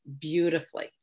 beautifully